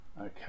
okay